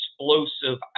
explosive